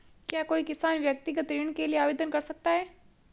क्या कोई किसान व्यक्तिगत ऋण के लिए आवेदन कर सकता है?